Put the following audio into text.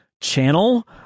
channel